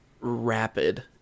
rapid